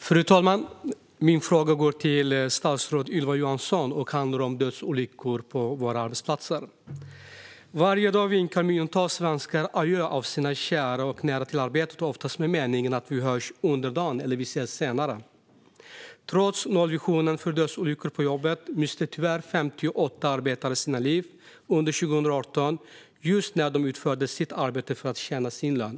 Fru talman! Min fråga går till statsrådet Ylva Johansson och handlar om dödsolyckor på våra arbetsplatser. Varje dag vinkar miljontals svenskar adjö av sina kära och nära när de går till arbetet, oftast med meningen "vi hörs under dagen" eller "vi ses senare". Trots nollvisionen för dödsolyckor på jobbet miste tyvärr 58 arbetare sina liv under 2018 just när de utförde sitt arbete för att tjäna sitt land.